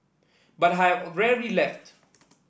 but have rarely left